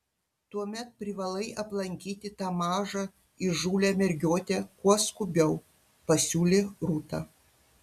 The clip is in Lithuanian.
tuomet privalai aplankyti tą mažą įžūlią mergiotę kuo skubiau pasiūlė rūta